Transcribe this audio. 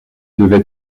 devait